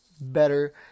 better